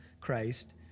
Christ